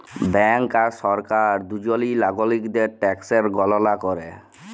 bank আর সরকার দুজলই লাগরিকদের ট্যাকসের গললা ক্যরে